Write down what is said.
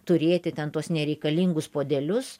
turėti ten tuos nereikalingus puodelius